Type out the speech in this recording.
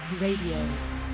Radio